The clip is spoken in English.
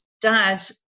Dad